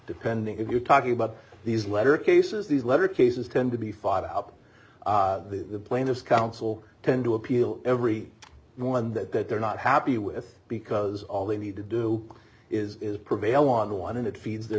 depending if you're talking about these letter cases these letter cases tend to be fired up the plaintiff's counsel tend to appeal every one that that they're not happy with because all they need to do is prevail on the one and it feeds their